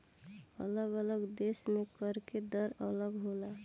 अलग अलग देश में कर के दर अलग होला